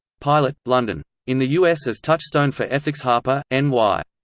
pilot, london. in the us as touchstone for ethics harper, n y.